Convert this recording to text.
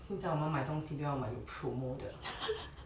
现在我们买东西都要买有 promo 的